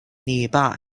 nearby